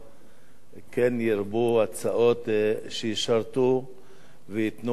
כן ירבו הצעות שישרתו וייתנו מענה לאזרח,